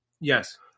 Yes